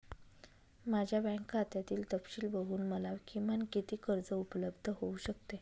माझ्या बँक खात्यातील तपशील बघून मला किमान किती कर्ज उपलब्ध होऊ शकते?